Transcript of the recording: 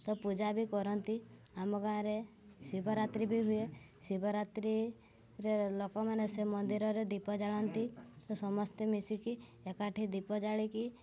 ତ ପୂଜା ବି କରନ୍ତି ଆମ ଗାଁରେ ଶିବରାତ୍ରି ବି ହୁଏ ଶିବରାତ୍ରିରେ ଲୋକମାନେ ସେ ମନ୍ଦିରରେ ଦ୍ୱୀପ ଜାଳନ୍ତି ତ ସମସ୍ତେ ମିଶିକି ଏକାଠି ଦ୍ୱୀପ ଜାଳିକି